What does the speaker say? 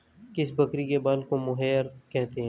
किस बकरी के बाल को मोहेयर कहते हैं?